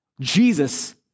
Jesus